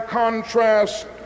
contrast